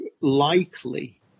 likely